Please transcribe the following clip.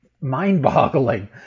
mind-boggling